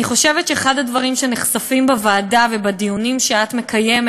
אני חושבת שאחד הדברים שנחשפים בוועדה ובדיונים שאת מקיימת